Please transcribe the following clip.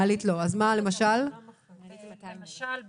למשל ב-ג'